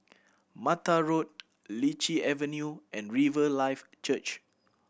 Mattar Road Lichi Avenue and Riverlife Church